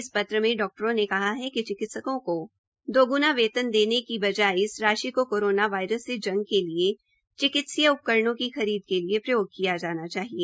इस पत्र में डॉक्टरों ने कहा कि चिकित्सकों को दोगुणा वेतन देने के बजाये इस राशि को कोरोना वायरस से जंग के लिए चिकित्सा उपकरणों की खरीद के लिए प्रयोग किया जाना चाहिए